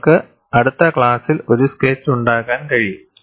നിങ്ങൾക്ക് അടുത്ത ക്ലാസ്സിൽ ഒരു സ്കെച്ച് ഉണ്ടാക്കാൻ കഴിയും